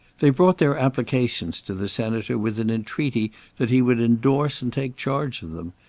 they brought their applications to the senator with an entreaty that he would endorse and take charge of them.